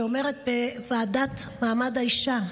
שאומרת בוועדת מעמד האישה: